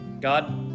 God